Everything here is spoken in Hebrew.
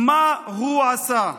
מה הוא עשה?